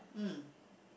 mm